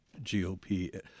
GOP